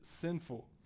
sinful